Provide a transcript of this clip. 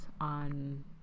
on